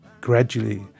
gradually